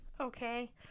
Okay